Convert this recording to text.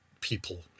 people